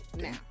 now